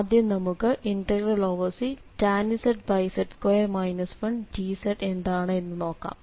ആദ്യം നമുക്ക് Ctan z dz എന്താണ് എന്ന് നോക്കാം